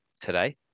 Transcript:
today